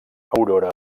aurora